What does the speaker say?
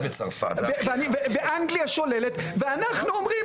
אנגליה שוללת ואנחנו אומרים,